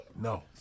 No